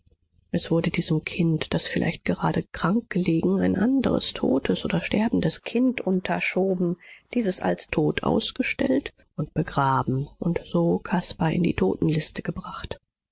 es wurde diesem kind das vielleicht gerade krank gelegen ein andres totes oder sterbendes kind unterschoben dieses als tot ausgestellt und begraben und so caspar in die totenliste gebracht